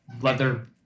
leather